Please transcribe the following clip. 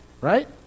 right